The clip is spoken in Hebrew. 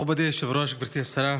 מכובדי היושב-ראש, גברתי השרה,